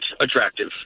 attractive